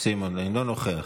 אינו נוכח,